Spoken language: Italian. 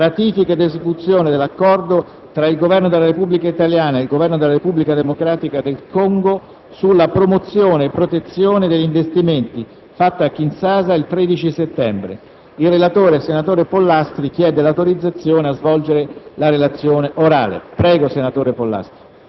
è chiamata a pronunciarsi sul disegno di legge n. 1377, concernente la ratifica e l'esecuzione dell'Accordo tra il Governo della Repubblica italiana e quello della Repubblica democratica del Congo sulla promozione e protezione degli investimenti, fatto a Kinshasa il 13 settembre